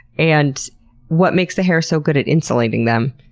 and what makes the hair so good at insulating them?